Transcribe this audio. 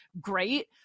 Great